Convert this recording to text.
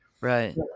right